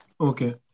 Okay